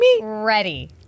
ready